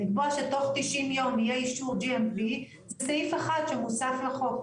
לקבוע שתוך 90 יום יהיה אישור GMP בסעיף 1 שהוסף לחוק,